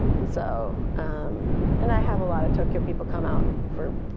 and so um and i have a lot of tokyo people come out for